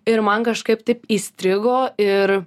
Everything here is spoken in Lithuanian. ir man kažkaip taip įstrigo ir